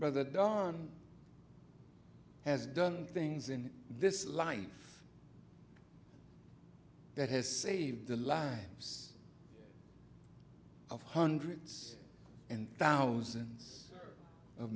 but that done has done things in this life that has saved the lives of hundreds and thousands of